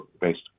based